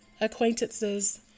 acquaintances